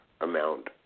amount